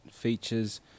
features